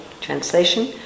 Translation